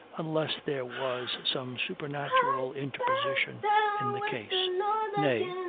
unless there was some supernatural interposition in the case nay,